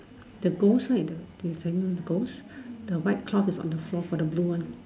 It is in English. the ghost right the this hanging the ghost the white cloth is on the floor for the blue one